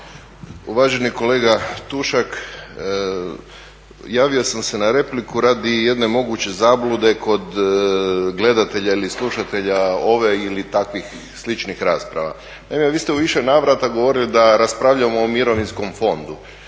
Uvaženi kolega Tušak, javio sam se na repliku radi jedne moguće zablude kod gledatelja ili slušatelja ove ili takvih sličnih rasprava. Naime, vi ste u više navrata govorili da raspravljamo o mirovinskom fondu.